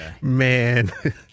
Man